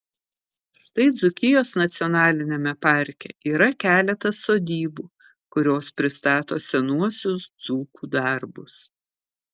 štai dzūkijos nacionaliniame parke yra keletas sodybų kurios pristato senuosius dzūkų darbus